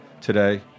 today